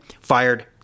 fired